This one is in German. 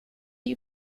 die